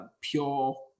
pure